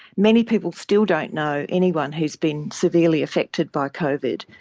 many people still don't know anyone who has been severely affected by covid,